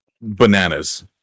bananas